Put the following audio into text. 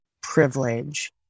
privilege